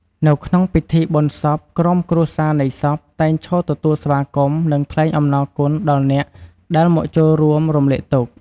នៅក្នុងពិធីបុណ្យសព ក្រុមគ្រួសារនៃសព តែងឈរទទួលស្វាគមន៍ និងថ្លែងអំណរគុណដល់អ្នកដែលមកចូលរួមរំលែកទុក្ខ។